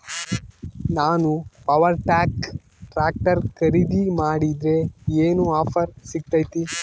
ನಾನು Farmtrac tractor ಖರೇದಿ ಮಾಡಿದ್ರೆ ಏನು ಆಫರ್ ಸಿಗ್ತೈತಿ?